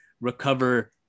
recover